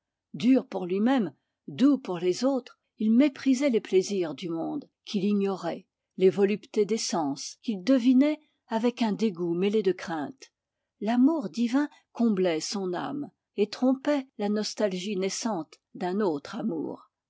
dur pour lui-même doux pour les autres il méprisait les plaisirs du monde qu'il ignorait les voluptés des sens qu'il devinait avec un dégoût mêlé de crainte l'amour divin comblait son âme et trompait la nostalgie naissante d'un autre amour